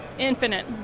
Infinite